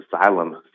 asylum